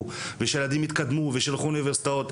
ושהילדים יתקדמו ושיילכו לאוניברסיטאות,